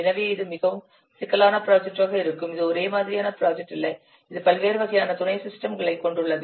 எனவே இது மிகவும் சிக்கலான ப்ராஜெக்ட்டாக இருக்கும் இது ஒரே மாதிரியான ப்ராஜெக்ட் அல்ல இது பல்வேறு வகையான துணை சிஸ்டங்களை கொண்டுள்ளது